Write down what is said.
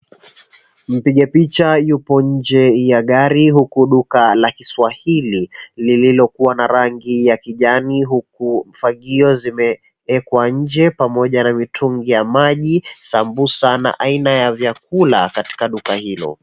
Mliga picha yupo nje ya gari huku duka la kiswahili lililokuwa na rangi ya kijani huku fagio zimewekwa nje pamoja na mitungi ya maji sambusa na aina ya vyakula katika duka hilo.